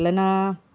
ya